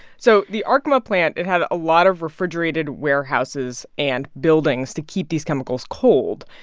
so the arkema plant, it had a lot of refrigerated warehouses and buildings to keep these chemicals cold.